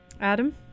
Adam